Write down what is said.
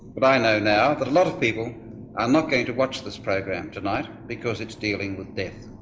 but i know now that a lot of people are not going to watch this program tonight because it's dealing with death.